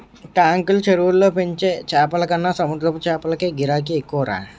టాంకులు, చెరువుల్లో పెంచే చేపలకన్న సముద్రపు చేపలకే గిరాకీ ఎక్కువరా